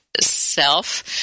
Self